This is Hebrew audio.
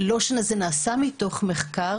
לא שזה נעשה מתוך מחקר,